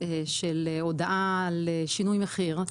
של הודעה לשינוי מחיר,